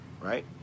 right